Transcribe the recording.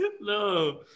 No